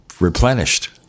replenished